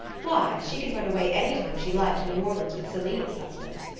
why, she could run away any time she liked to new orleans with celina's husband.